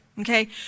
okay